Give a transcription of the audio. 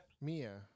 Mia